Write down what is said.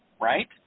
right